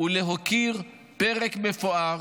ולהוקיר פרק מפואר